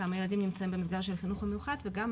כמה ילדים בעצם נמצאים במסגרת של החינוך המיוחד וכמה